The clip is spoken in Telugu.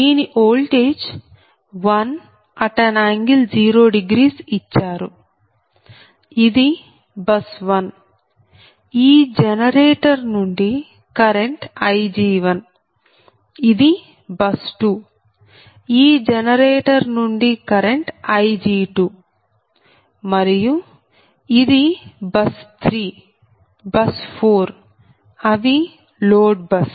దీని ఓల్టేజ్ 1∟00 ఇచ్చారు ఇది బస్ 1 ఈ జనరేటర్ నుండి కరెంట్ Ig1ఇది బస్ 2 ఈ జనరేటర్ నుండి కరెంట్ Ig2 మరియు ఇది బస్ 3 బస్ 4 అవి లోడ్ బస్